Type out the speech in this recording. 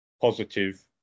positive